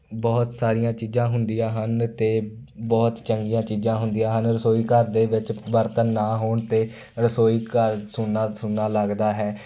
ਬਹੁਤ ਸਾਰੀਆਂ ਚੀਜ਼ਾਂ ਹੁੰਦੀਆਂ ਹਨ ਅਤੇ ਬਹੁਤ ਚੰਗੀਆਂ ਚੀਜ਼ਾਂ ਹੁੰਦੀਆਂ ਹਨ ਰਸੋਈ ਘਰ ਦੇ ਵਿੱਚ ਬਰਤਨ ਨਾ ਹੋਣ 'ਤੇ ਰਸੋਈ ਘਰ ਸੁੰਨਾ ਸੁੰਨਾ ਲੱਗਦਾ ਹੈ